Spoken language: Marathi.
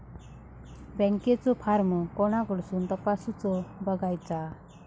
बँकेचो फार्म कोणाकडसून तपासूच बगायचा?